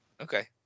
okay